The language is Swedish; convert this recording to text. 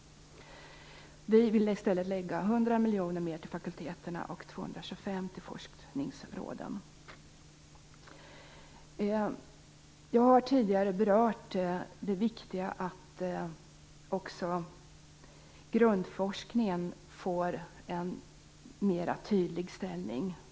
Vi vill i stället lägga 100 miljoner mer till fakulteterna och 225 miljoner mer till forskningsråden. Jag har tidigare berört det viktiga i att också grundforskningen får en mera tydlig ställning.